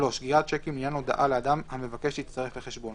3. גריעת שיקים לעניין הודעה לאדם המבקש להצטרף לחשבון